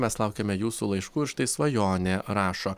mes laukiame jūsų laiškų ir štai svajonė rašo